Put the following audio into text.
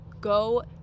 go